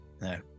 No